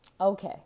Okay